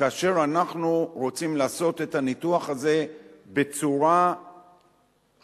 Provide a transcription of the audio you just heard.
כאשר אנחנו רוצים לעשות את הניתוח הזה בצורה חדה.